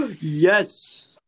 Yes